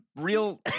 real